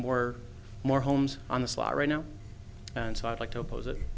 more more homes on the sly right now and so i'd like to oppose it